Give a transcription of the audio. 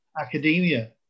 academia